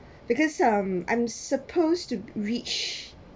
because um I'm supposed to reach